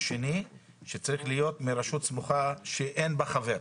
השני שצריך להיות מרשות סמוכה שאין בה חבר?